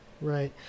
Right